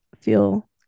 feel